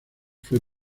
fue